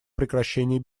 прекращении